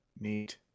Neat